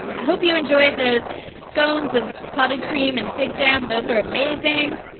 i hope you enjoyed those scones with clotted cream and fig jam. those were amazing.